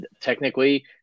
technically